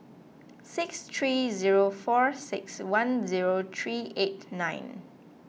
six three zero four six one zero three eight nine